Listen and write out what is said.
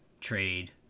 trade